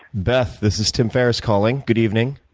beth, this is tim ferriss calling. good evening.